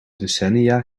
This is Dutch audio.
decennia